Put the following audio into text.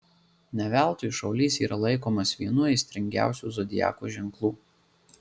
ne veltui šaulys yra laikomas vienu aistringiausių zodiako ženklų